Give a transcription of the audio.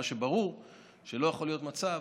מה שברור הוא שלא יכול להיות מצב